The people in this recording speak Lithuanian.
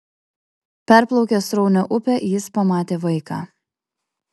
perplaukęs sraunią upę jis pamatė vaiką